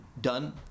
done